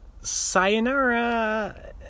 sayonara